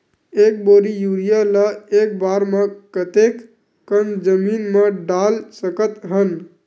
एक बोरी यूरिया ल एक बार म कते कन जमीन म डाल सकत हन?